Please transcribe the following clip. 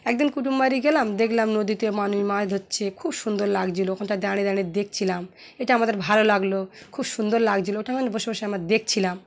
একদিন কুটুমবাড়ি গেলাম দেখলাম নদীতে মানুষ মাছ ধরছে খুব সুন্দর লাগছিলো ওখানটা দাঁড়িয়ে দাঁড়িয়ে দেখছিলাম এটা আমাদের ভালো লাগলো খুব সুন্দর লাগছিলো ওখানে বসে বসে আমরা দেখছিলাম